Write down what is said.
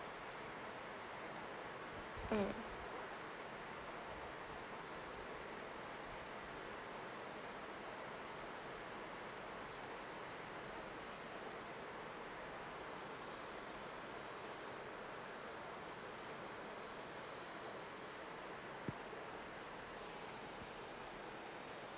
mm